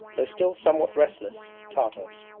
though still somewhat restless, tartars.